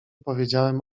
powiedziałam